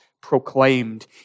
proclaimed